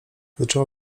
zaczęło